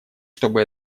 чтобы